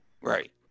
Right